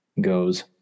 Goes